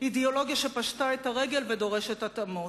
אידיאולוגיה שפשטה את הרגל ודורשת התאמות,